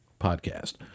podcast